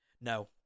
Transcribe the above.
No